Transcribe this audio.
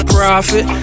Profit